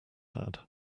had